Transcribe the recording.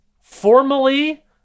formally